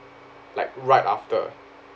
like right after